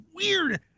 weird